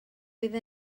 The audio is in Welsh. bydd